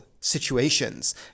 situations